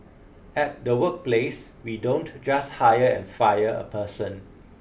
at the workplace we don't just hire and fire a person